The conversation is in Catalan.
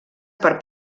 per